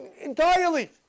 entirely